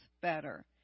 better